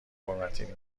حرمتی